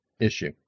issue